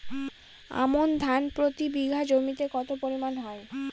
আমন ধান প্রতি বিঘা জমিতে কতো পরিমাণ হয়?